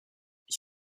ich